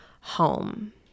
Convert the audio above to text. home